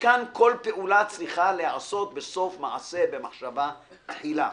שכאן כל פעולה צריכה להיעשות בסוף מעשה במחשבה תחילה.